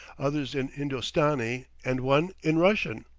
others in hindostani, and one in russian!